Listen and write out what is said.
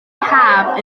haf